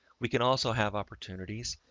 we can also have opportunities,